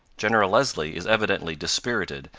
general leslie is evidently dispirited,